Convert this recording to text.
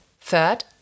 Third